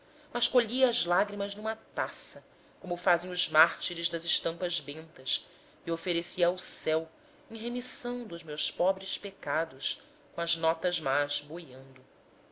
mas colhia as lágrimas numa taça como fazem os mártires das estampas bentas e oferecia ao céu em remissão dos meus pobres pecados com as notas más boiando